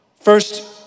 First